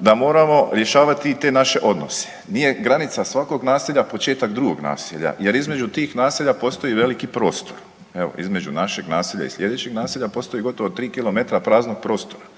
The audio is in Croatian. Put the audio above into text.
da moramo rješavati i te naše odnose. Nije granica svakog naselja početak drugog naselja jer između tih naselja postoji veliki prostor. Evo, između našeg naselja i sljedećeg naselja postoji gotovo 3 km praznog prostora